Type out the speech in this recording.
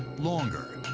longer,